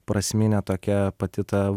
prasminė tokia pati ta